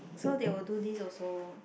so they will do this also